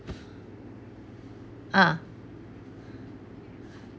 ah